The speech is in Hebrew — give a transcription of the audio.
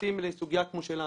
שמתייחסים לסוגיה כמו שלנו.